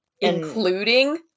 including